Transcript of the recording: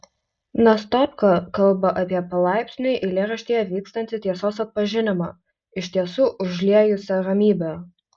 nastopka kalba apie palaipsniui eilėraštyje vykstantį tiesos atpažinimą iš tiesų užliejusią ramybę